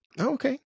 okay